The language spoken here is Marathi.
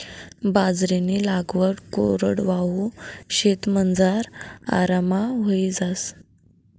बाजरीनी लागवड कोरडवाहू शेतमझार आराममा व्हयी जास